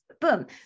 boom